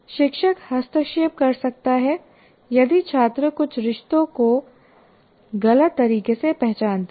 शिक्षक हस्तक्षेप कर सकता है यदि छात्र कुछ रिश्तों को गलत तरीके से पहचानते हैं